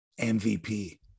MVP